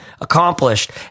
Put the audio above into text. accomplished